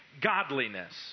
godliness